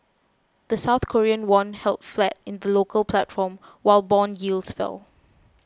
the South Korean won held flat in the local platform while bond yields fell